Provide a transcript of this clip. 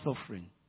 suffering